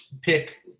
pick